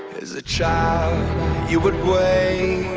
as a child you would wait,